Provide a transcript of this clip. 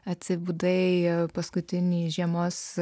atsibudai paskutinį žiemos